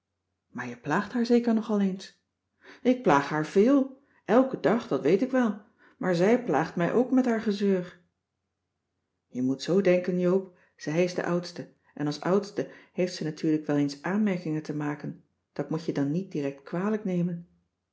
maar je plaagt haar zeker nog al eens ik plaag haar véél elken dag dat weet ik wel maar zij plaagt mij ook met haar gezeur je moet zoo denken joop zij is de oudste en als oudste heeft ze natuurlijk wel eens aanmerkingen te maken dat moet je dan niet direct kwalijk nemen